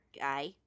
guy